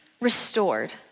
restored